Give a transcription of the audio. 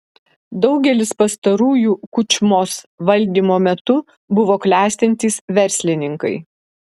daugelis pastarųjų kučmos valdymo metu buvo klestintys verslininkai